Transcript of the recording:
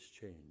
change